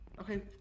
Okay